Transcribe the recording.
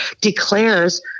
declares